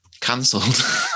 cancelled